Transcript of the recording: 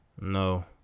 No